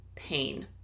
Pain